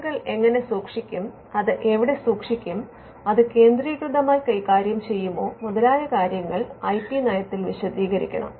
രേഖകൾ എങ്ങനെ സൂക്ഷിക്കും അവ എവിടെ സൂക്ഷിക്കും അത് കേന്ദ്രീകൃതമായി കൈകാര്യം ചെയ്യുമോ മുതലായ കാര്യങ്ങൾ ഐ പി നയത്തിൽ വിശദീകരിക്കണം